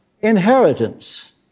inheritance